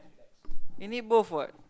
you need both what